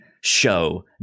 show